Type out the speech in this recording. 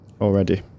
already